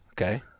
okay